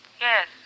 Yes